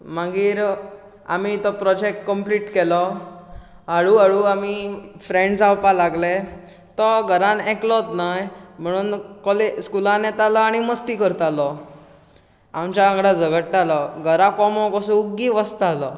मागीर आमी तो प्रोजेक्ट कंप्लीट केलो हळू हळू आमी फ्रेण्ड जावपाक लागले तो घरान एकलोत न्हय म्हणून कॉलेज स्कुलान येतालो आनी मस्ती करतालो आमच्या वांगडा झगडटालो घरा कोमो कसो ओग्गी बसतालो